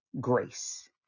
grace